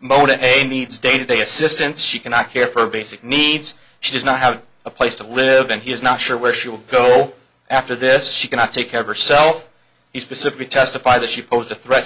mode a needs day to day assistance she cannot care for basic needs she does not have a place to live and he is not sure where she will go after this she cannot take care of herself he specifically testify that she posed a threat